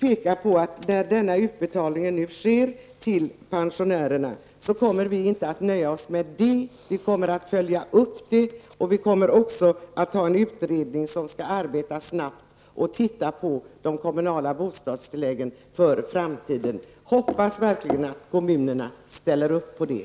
påpeka att när utbetalningen nu sker till pensionärerna kommer vi inte att slå oss till ro med detta. Vi kommer att följa upp frågan, och vi kommer att ha en utredning som skall arbeta snabbt och titta på de kommunala bostadstilläggen för framtiden. Jag hoppas verkligen att kommunerna ställer upp på detta.